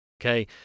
Okay